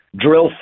Drill